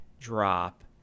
drop